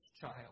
child